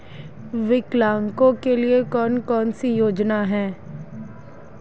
विकलांगों के लिए कौन कौनसी योजना है?